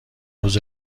روز